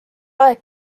aeg